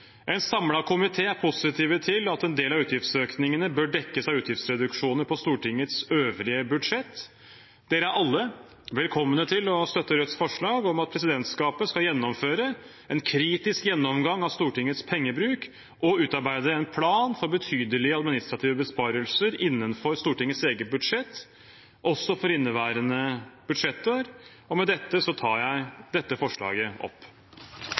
En samlet komité er positiv til at en del av utgiftsøkningene bør dekkes av utgiftsreduksjoner på Stortingets øvrige budsjett. Dere er alle velkomne til å støtte Rødts forslag om at presidentskapet skal gjennomføre en kritisk gjennomgang av Stortingets pengebruk og utarbeide en plan for betydelige administrative besparelser innenfor Stortingets eget budsjett, også for inneværende budsjettår. Med dette tar jeg dette forslaget opp.